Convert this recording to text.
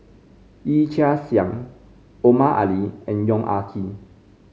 Yee Chia Hsing Omar Ali and Yong Ah Kee